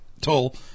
toll